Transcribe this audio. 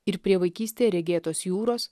ir prie vaikystė regėtos jūros